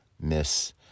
miss